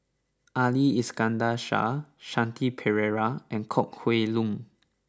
Ali Iskandar Shah Shanti Pereira and Kok Heng Leun